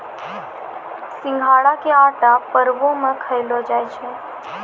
सिघाड़ा के आटा परवो मे खयलो जाय छै